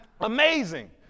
Amazing